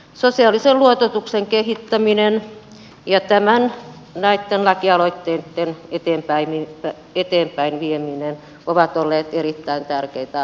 sosiaalisen luototuksen kehittäminen ja näitten lakialoitteitten eteenpäinvieminen ovat olleet erittäin tärkeitä asioita